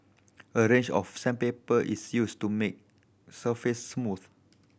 a range of sandpaper is used to make surface smooth